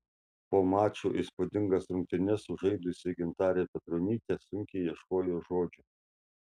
po mačo įspūdingas rungtynes sužaidusi gintarė petronytė sunkiai ieškojo žodžių